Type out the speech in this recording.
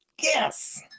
Yes